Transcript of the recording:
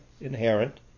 inherent